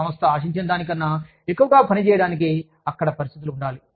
సంస్థ ఆశించిన దానికన్నా ఎక్కువ పని చేయడానికి అక్కడ పరిస్థితులు ఉండాలి